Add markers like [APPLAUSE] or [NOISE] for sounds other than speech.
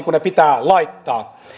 [UNINTELLIGIBLE] kuin ne pitää laittaa